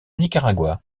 nicaragua